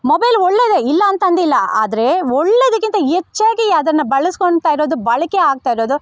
mobile ಒಳ್ಳೇದೇ ಇಲ್ಲ ಅಂತಂದಿಲ್ಲ ಆದರೆ ಒಳ್ಳೇದಕ್ಕಿಂತ ಹೆಚ್ಚಾಗಿ ಅದನ್ನು ಬಳಸ್ಕೊಳ್ತಾ ಇರೋದು ಬಳಕೆ ಆಗ್ತಾಯಿರೋದು